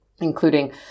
including